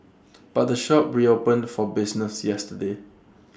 but the shop reopened for business yesterday